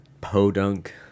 podunk